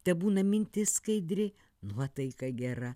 tebūna mintis skaidri nuotaika gera